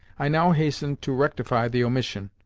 i now hastened to rectify the omission.